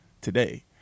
today